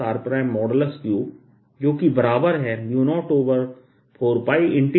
3 जो कि बराबर है 04πjrr r